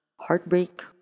heartbreak